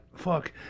Fuck